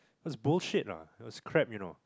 it was bullshit ah it was crap you know